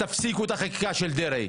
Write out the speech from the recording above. תפסיקו את החקיקה של דרעי,